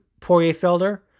Poirier-Felder